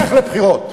לך לבחירות.